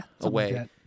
away